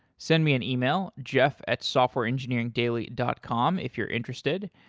send me an email, jeff at softwareengineeringdaily dot com if you're interested.